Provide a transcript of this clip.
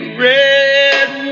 red